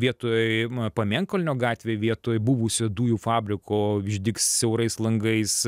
vietoj pamėnkalnio gatvėj vietoj buvusio dujų fabriko išdygs siaurais langais